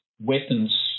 weapons